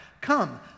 Come